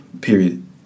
Period